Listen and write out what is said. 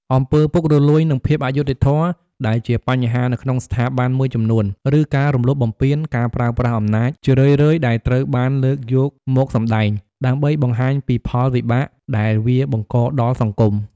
អំពើពុករលួយ និងភាពអយុត្តិធម៌ដែរជាបញ្ហានៅក្នុងស្ថាប័នមួយចំនួន ឬការរំលោភបំពាន ការប្រើប្រាស់អំណាច ជារឿយៗដែលត្រូវបានលើកយកមកសម្តែង ដើម្បីបង្ហាញពីផលវិបាកដែលវាបង្កដល់សង្គម ។